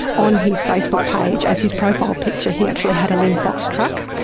on his facebook page as his profile picture he actually had a linfox truck,